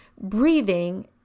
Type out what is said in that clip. Breathing